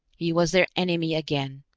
he was their enemy again,